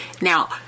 Now